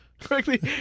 correctly